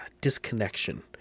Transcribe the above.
disconnection